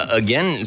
again